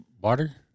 water